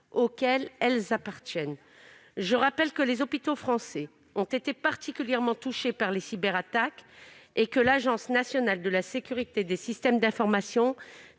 auxquelles elles appartiennent. Je rappelle que les hôpitaux français ont été particulièrement touchés par les cyberattaques et que l'Agence nationale de la sécurité des systèmes d'information